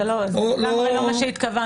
זה לגמרי לא מה שהתכוונתי.